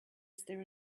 there